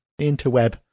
interweb